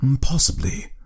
Possibly